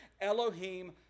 elohim